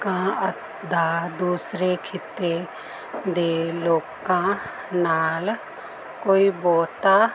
ਕਾਂ ਦਾ ਦੂਸਰੇ ਖਿੱਤੇ ਦੇ ਲੋਕਾਂ ਨਾਲ ਕੋਈ ਬਹੁਤ